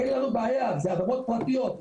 אין לנו בעיה, אלו אדמות פרטיות.